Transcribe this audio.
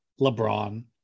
LeBron